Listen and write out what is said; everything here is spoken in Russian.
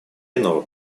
иного